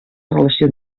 relació